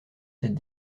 cette